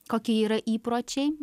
kokie yra įpročiai